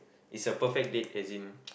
it's a perfect date as in